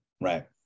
Right